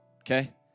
okay